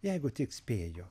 jeigu tik spėjo